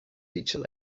feature